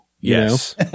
Yes